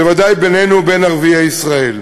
ובוודאי בינינו ובין ערביי ישראל.